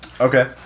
Okay